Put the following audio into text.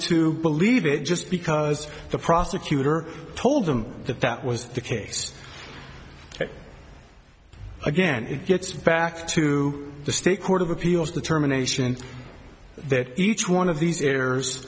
to believe it just because the prosecutor told them that that was the case again it gets back to the state court of appeals determination that each one of these